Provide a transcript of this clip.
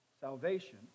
Salvation